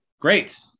Great